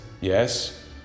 yes